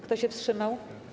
Kto się wstrzymał?